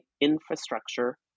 infrastructure